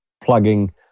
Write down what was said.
plugging